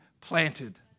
planted